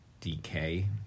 decay